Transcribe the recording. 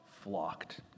flocked